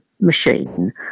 machine